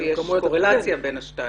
מאחר ויש קורלציה בין השתיים.